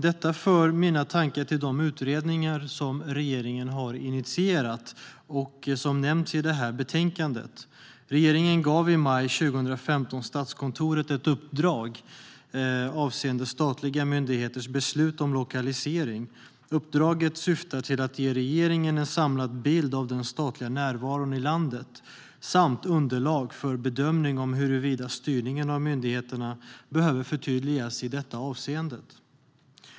Detta för mina tankar till de utredningar som regeringen har initierat och som nämns i betänkandet. Regeringen gav i maj 2015 Statskontoret ett uppdrag avseende statliga myndigheters beslut om lokalisering. Uppdraget syftar till att ge regeringen en samlad bild av den statliga närvaron i landet samt underlag för bedömning av om styrningen av myndigheterna behöver förtydligas i det avseendet.